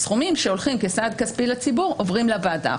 סכומים שהולכים כסעד כספי לציבור עוברים לוועדה.